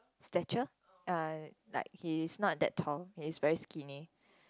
stature uh like he is not that tall he is very skinny